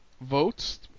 votes